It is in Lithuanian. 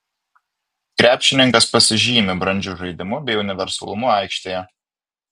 krepšininkas pasižymi brandžiu žaidimu bei universalumu aikštėje